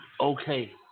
okay